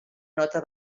nota